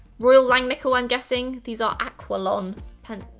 royal langnickel, i'm guessing. these are aqualon pen,